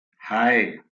hei